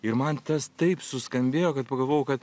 ir man tas taip suskambėjo kad pagalvojau kad